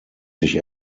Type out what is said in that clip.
sich